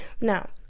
now